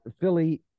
Philly